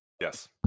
Yes